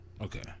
Okay